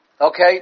Okay